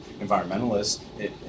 environmentalists